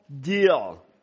Deal